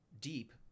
deep